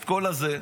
את כל הזה,